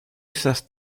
estas